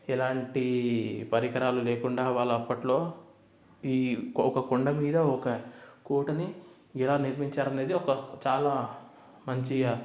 ఎలాంటి పరికరాలు లేకుండా వాళ్ళు అప్పట్లో ఈ ఒక కొండమీద ఒక కోటని ఎలా నిర్మించారు అనేది ఒక చాలా మంచిగా